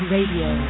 Radio